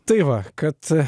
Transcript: tai va kad